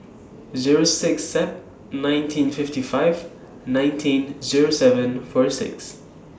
Zero six Sep nineteen fifty five nineteen Zero seven four six